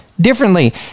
differently